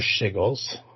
Shiggles